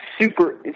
super